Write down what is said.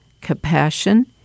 compassion